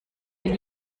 wir